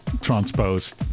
transposed